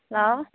hello